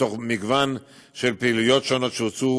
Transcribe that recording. מתוך מגוון של פעילויות שונות שהוצעו,